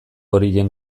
horien